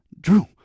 Drew